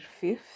fifth